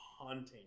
haunting